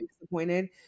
disappointed